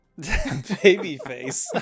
Babyface